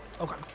Okay